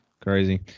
Crazy